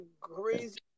crazy